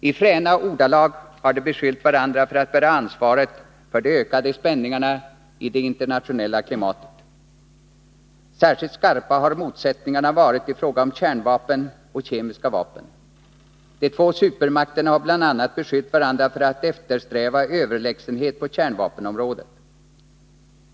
I fräna ordalag har de beskyllt varandra för att bära ansvaret för de ökade spänningarna i det internationella klimatet. Särskilt skarpa har motsättningarna varit i fråga om kärnvapen och kemiska vapen. De två supermakterna har bl.a. beskyllt varandra för att eftersträva överlägsenhet på kärnvapenområdet.